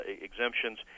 exemptions